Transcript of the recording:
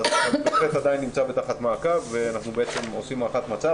אבל זה עדיין נמצא תחת מעקב ואנחנו עושים הערכת מצב